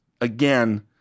again